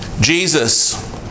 Jesus